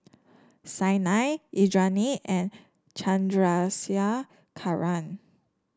Saina Indranee and Chandrasekaran